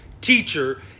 teacher